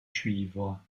cuivre